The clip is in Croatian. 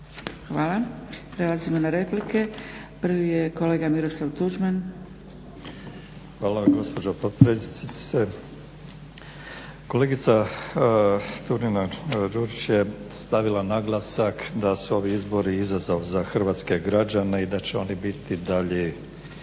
Hvala. Prelazimo na replike. Prvi je kolega Miroslav Tuđman. **Tuđman, Miroslav (HDZ)** Hvala vam gospođo potpredsjednice. Kolegice Turina Đurić je stavila naglasak da su ovi izbori izazov za hrvatske građane i da će oni biti dalji